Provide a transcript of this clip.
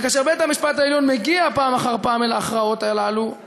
כאשר בית-המשפט העליון מגיע פעם אחר פעם אל ההכרעות הללו,